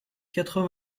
quatre